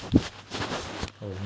oh no